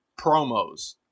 promos